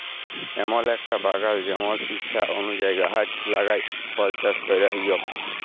এমল একটা বাগাল জেমল ইছা অলুযায়ী গাহাচ লাগাই ফল চাস ক্যরা হউক